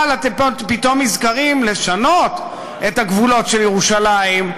אבל פתאום אתם נזכרים לשנות את הגבולות של ירושלים,